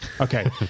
Okay